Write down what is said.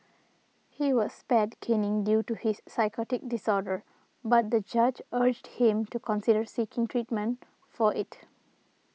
he was spared caning due to his psychotic disorder but the judge urged him to consider seeking treatment for it